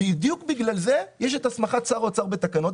בדיוק בגלל זה יש את הסמכת שר האוצר בתקנות.